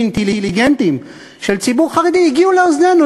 אינטליגנטיים של ציבור חרדי הגיע לאוזנינו.